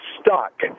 stuck